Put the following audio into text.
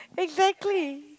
exactly